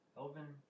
elven